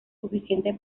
suficiente